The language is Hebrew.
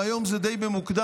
והיום זה די במוקדם,